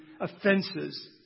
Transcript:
offenses